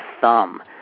thumb